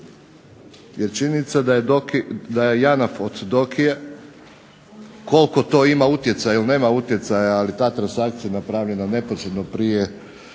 jer činjenica da je JANAF od Diokije, koliko to ima utjecaja ili nema utjecaja, ali ta transakcija je napravljena neposredno prije